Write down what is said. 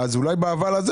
אז אולי ב-אבל הזה,